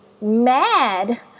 mad